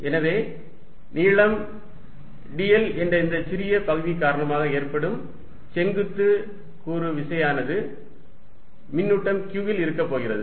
எனவே நீளம் dl என்ற இந்த சிறிய பகுதி காரணமாக ஏற்படும் செங்குத்து கூறு விசையானது மின்னூட்டம் q இல் இருக்கப் போகிறது